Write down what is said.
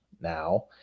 now